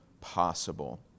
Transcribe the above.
possible